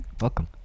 Welcome